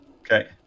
Okay